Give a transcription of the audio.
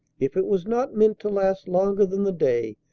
if it was not meant to last longer than the day,